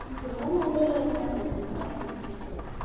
ముసలివాళ్ళు ఎవరు లేరు మ్యామ్ అంతా యంగ్ పీపుల్